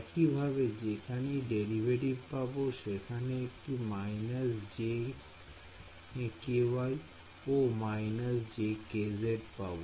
একইভাবে যেখানেই ডেরিভেটিভ পাব সেখানে একটি − j ও − j পাব